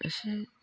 एसे